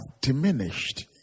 diminished